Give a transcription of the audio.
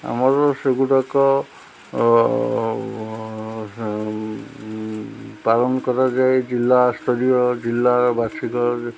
ଆମର ସେଗୁଡ଼ାକ ପାଳନ କରାଯାଏ ଜିଲ୍ଲା ସ୍ତରୀୟ ଜିଲ୍ଲାର ବାର୍ଷିକ